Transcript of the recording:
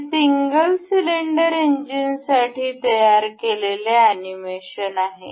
हे single cylinder इंजिनसाठी तयार केलेले अॅनिमेशन आहे